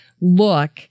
look